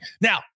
now